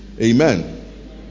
Amen